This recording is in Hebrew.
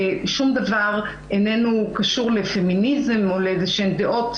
ושום דבר איננו קשור לפמיניזם או לאיזשהן דעות